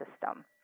system